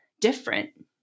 different